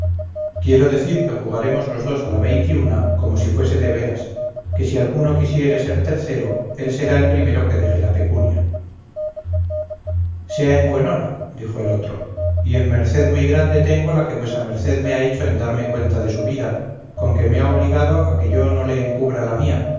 quiero decir que jugaremos los dos a la veintiuna como si fuese de veras que si alguno quisiere ser tercero él será el primero que deje la pecunia sea en buen hora dijo el otro y en merced muy grande tengo la que vuesa merced me ha hecho en darme cuenta de su vida con que me ha obligado a que yo no le encubra la mía